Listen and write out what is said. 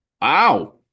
Wow